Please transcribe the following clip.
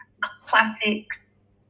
classics